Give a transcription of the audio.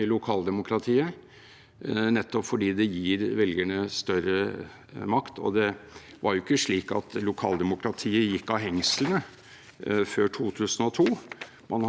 før 2002. Man har i realiteten, også på dette punktet, innsnevret muligheten til å innvirke på personvalget,